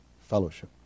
fellowship